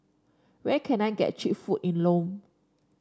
where can I get cheap food in Lome